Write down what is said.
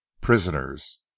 Prisoners